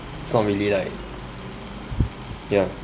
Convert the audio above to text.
it's not really like ya